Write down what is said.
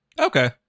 okay